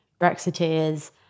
Brexiteers